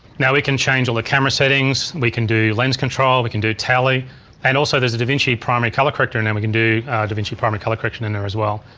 now we can change all the camera settings. we can do lens control, we can do tally and also there's a davinci primary color corrector in there and we can do davinci primary color correction in there as well.